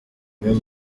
dream